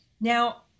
now